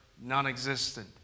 non-existent